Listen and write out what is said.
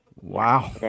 Wow